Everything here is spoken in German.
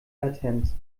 latenz